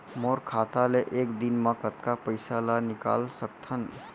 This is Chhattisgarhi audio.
मोर खाता ले एक दिन म कतका पइसा ल निकल सकथन?